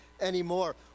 anymore